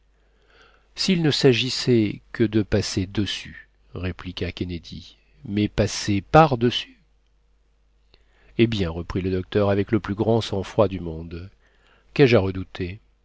s'il ne s'agissait que de passer dessus répliqua kennedy mais passer par-dessus eh bien reprit le docteur avec le plus grand sang-froid du monde qu'ai-je à redouter